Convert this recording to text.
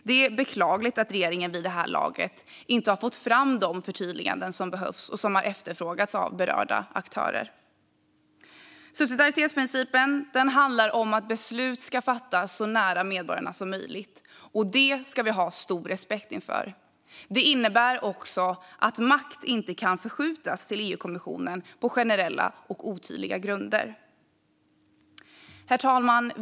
Det är beklagligt att regeringen vid det här laget inte har fått fram de förtydliganden som behövs och som har efterfrågats av berörda aktörer. Subsidiaritetsprincipen handlar om att beslut ska fattas så nära medborgarna som möjligt, och det ska vi ha stor respekt för. Den innebär också att makt inte kan förskjutas till EU-kommissionen på generella och otydliga grunder. Herr talman!